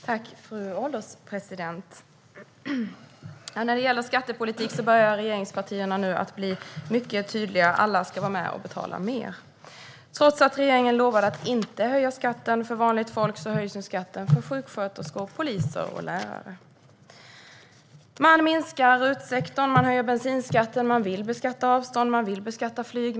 Fru ålderspresident! När det gäller skattepolitiken börjar regeringspartierna att bli tydliga: Alla ska vara med och betala mer. Trots att regeringen lovade att inte höja skatten för vanligt folk höjs nu skatten för sjuksköterskor, poliser och lärare. Man minskar RUT-sektorn, man höjer bensinskatten, man vill beskatta avstånd och man vill beskatta flyg.